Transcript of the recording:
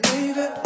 Baby